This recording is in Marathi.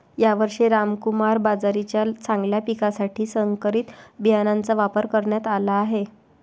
यावर्षी रामकुमार बाजरीच्या चांगल्या पिकासाठी संकरित बियाणांचा वापर करण्यात आला आहे